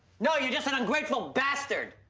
no, you're just an ungrateful bastard.